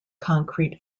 concrete